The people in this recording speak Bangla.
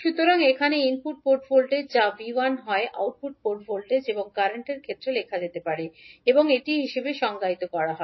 সুতরাং এখানে ইনপুট পোর্ট ভোল্টেজ যা 𝐕1 হয় আউটপুট পোর্ট ভোল্টেজ এবং কারেন্টর ক্ষেত্রে লেখা যেতে পারে এবং এটি হিসাবে সংজ্ঞায়িত করা হয়